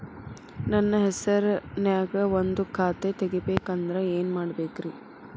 ನನ್ನ ಹೆಸರನ್ಯಾಗ ಒಂದು ಖಾತೆ ತೆಗಿಬೇಕ ಅಂದ್ರ ಏನ್ ಮಾಡಬೇಕ್ರಿ?